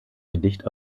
gedicht